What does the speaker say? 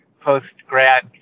post-grad